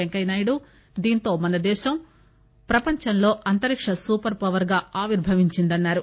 వెంకయ్యనాయుడు దీంతో మనదేశం ప్రపంచంలో అంతరిక్ష సూపర్ ఫవర్గా ఆవిర్భవించిందని అన్నారు